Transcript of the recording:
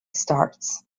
starts